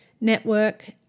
network